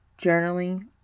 journaling